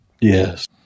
Yes